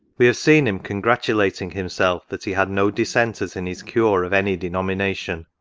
we have seen him congratulating himself that he had no dissenters in his cure of any denomination.